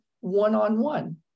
one-on-one